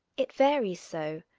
it varies so.